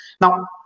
Now